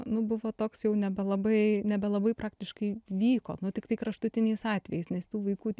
nu buvo toks jau nebelabai nebelabai praktiškai vyko nu tiktai kraštutiniais atvejais nes tų vaikų